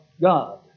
God